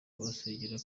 kubasengera